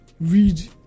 read